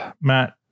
matt